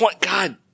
God